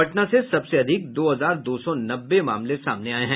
पटना से सबसे अधिक दो हजार दो सौ नब्बे मामले सामने आये हैं